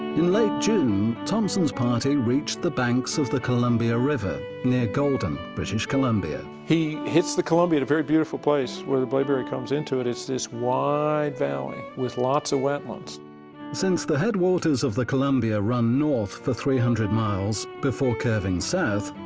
in late june, thompson's party reached the banks of the columbia river, near golden, british columbia. he hits the columbia at a very beautiful place where the blaeberry comes into it. it's this wide valley, with lots of wetlands since the headwaters of the columbia run north for three hundred miles before curving south,